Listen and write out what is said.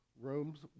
Rooms